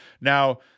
Now